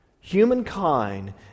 Humankind